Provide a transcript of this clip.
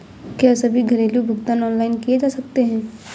क्या सभी घरेलू भुगतान ऑनलाइन किए जा सकते हैं?